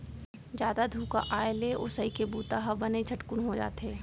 जादा धुका आए ले ओसई के बूता ह बने झटकुन हो जाथे